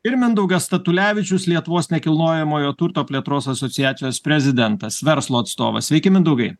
ir mindaugas statulevičius lietuvos nekilnojamojo turto plėtros asociacijos prezidentas verslo atstovas sveiki mindaugai